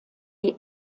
die